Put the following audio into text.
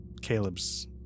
Caleb's